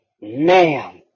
man